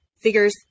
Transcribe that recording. Figures